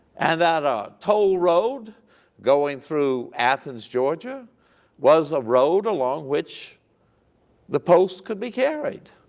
and that a toll road going through athens georgia was a road along which the post could be carried.